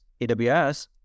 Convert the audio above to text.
AWS